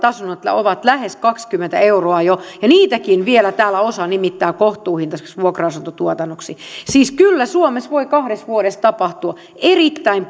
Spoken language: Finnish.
asunnot ovat lähes kaksikymmentä euroa jo niitäkin vielä täällä osa nimittää kohtuuhintaiseksi vuokra asuntotuotannoksi siis kyllä suomessa voi kahdessa vuodessa tapahtua erittäin